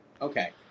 Okay